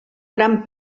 gran